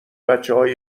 بچههای